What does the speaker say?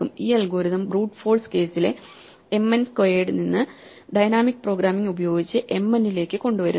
ഈ algorithm brute force കേസിലെ mn squared നിന്ന് ഡൈനാമിക് പ്രോഗ്രാമിംഗ് ഉപയോഗിച്ച് mn ലേക്ക് കൊണ്ടുവരുന്നു